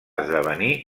esdevenir